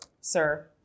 sir